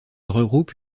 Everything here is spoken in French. regroupe